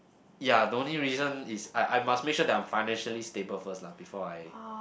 ya the only reason is I I must make sure that I'm financially stable first lah before I